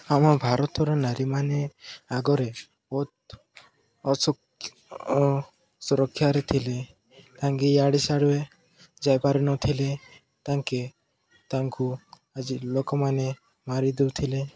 ଆମ ଭାରତର ନାରୀମାନେ ଆଗରେ ବହୁତ ଅସୁରକ୍ଷାରେ ଥିଲେ ସେମାନେ ଇଆଡ଼େ ସିଆଡ଼େ ଯାଇପାରୁନଥିଲେ ତାଙ୍କୁ ଆଜି ଲୋକମାନେ ମାରିଦେଉଥିଲେ